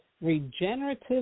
regenerative